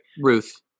Ruth